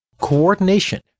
Coordination